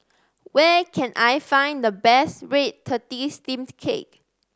where can I find the best red tortoise steamed cake